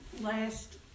last